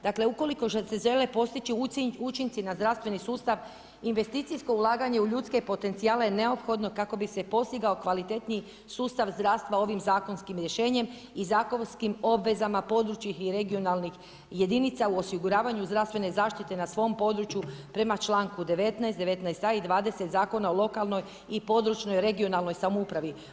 Dakle ukoliko se žele postići učinci na zdravstveni sustav, investicijsko ulaganje u ljudske potencijale je neophodno kako bi se postigao kvalitetniji sustav zdravstva ovim zakonskim rješenjem i zakonskim obvezama područnih i regionalnih jedinica u osiguravanju zdravstvene zaštite na svom području prema članku 19, 19a i 20 zakona o lokalnoj i područnoj regionalnoj samoupravi.